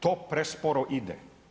To presporo ide.